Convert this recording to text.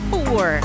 Four